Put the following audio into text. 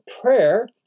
prayer